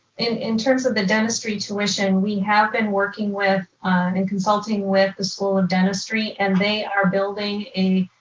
and in terms of the dentistry tuition we have been working with and consulting with the school of dentistry and they are building a